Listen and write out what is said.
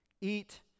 eat